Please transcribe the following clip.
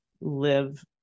live